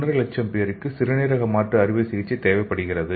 5 லட்சம் பேருக்கு சிறுநீரக மாற்று அறுவை சிகிச்சை தேவைப்படுகிறது